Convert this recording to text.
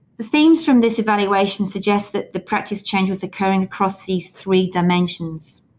the themes from this evaluation suggest that the practice change was occurring across these three dimensions.